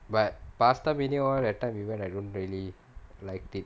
but Pastamania [one] that time we went I don't really liked it